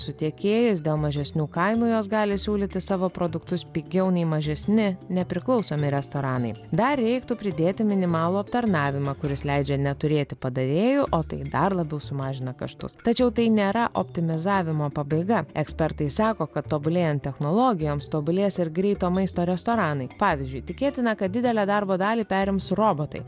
su tiekėjais dėl mažesnių kainų jos gali siūlyti savo produktus pigiau nei mažesni nepriklausomi restoranai dar reiktų pridėti minimalų aptarnavimą kuris leidžia neturėti padavėjų o tai dar labiau sumažina kaštus tačiau tai nėra optimizavimo pabaiga ekspertai sako kad tobulėjan technologijoms tobulės ir greito maisto restoranai pavyzdžiui tikėtina kad didelę darbo dalį perims robotai